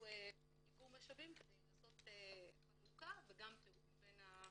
איגום משאבים כדי לעשות חלוקה וגם תיאום בין התכניות.